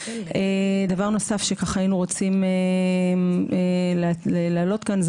דבר נוסף שהיינו רוצים להעלות כאן,